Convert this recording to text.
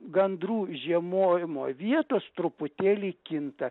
gandrų žiemojimo vietos truputėlį kinta